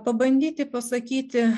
pabandyti pasakyti